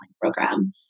program